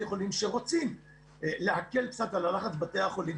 חולים שרוצים להקל קצת על הלחץ בבתי החולים,